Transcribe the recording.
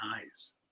eyes